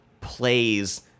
plays